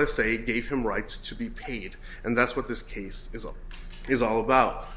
i'd say give him rights to be paid and that's what this case is all about